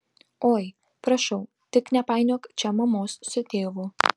oi prašau tik nepainiok čia mamos su tėvu